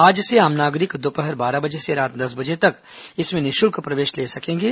आज से आम नागरिक दोपहर बारह बजे से रात दस बजे तक इसमें निः शुल्क प्रवेश ले सकेंगे